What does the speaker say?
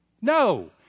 No